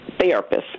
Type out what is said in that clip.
therapist